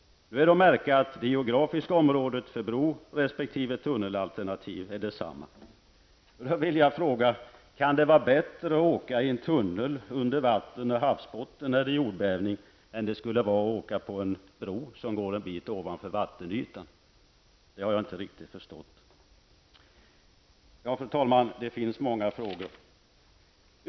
Det är att märka att det geografiska området för bro resp. tunnelalternativ är detsamma. Jag vill fråga: Kan det vara bättre att åka i en tunnel under vatten och havsbotten när det är jordbävning än det skulle vara att åka på en bro en bit ovanför vattenytan? Det där har jag inte riktigt förstått. Ja, fru talman, det finns många frågor.